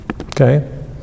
Okay